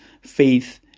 faith